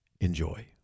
Enjoy